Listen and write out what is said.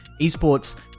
Esports